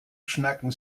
schnacken